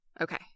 okay